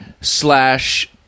slash